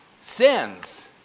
Sins